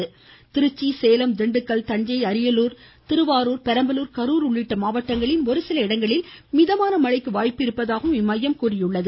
மேலும் திருச்சி சேலம் திண்டுக்கல் தஞ்சை அரியலூர் திருவாருர் பெரம்பலூர் கரூர் உள்ளிட்ட மாவட்டங்களில் ஒரு சில இடங்களில் மிதமான மழைக்கு வாய்ப்பிருப்பதாகவும் இம்மையம் கூறியுள்ளது